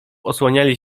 osłaniali